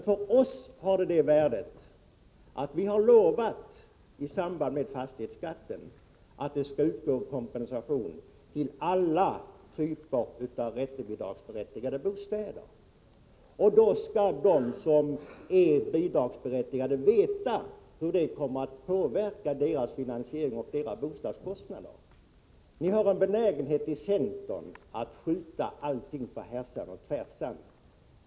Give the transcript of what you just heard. För oss har det det värdet att fatta beslutet nu att vi har lovat att det i samband med fastighetsskatten skall utgå kompensation till alla typer av räntebidragsberättigade bostäder, och då skall de som är bidragsberättigade veta hur det kommer att påverka deras finansiering och deras bostadskostnader. Ni har i centern en benägenhet att skjuta allting härs och tvärs.